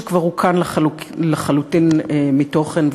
שכבר רוקן לחלוטין מתוכן,